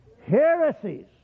Heresies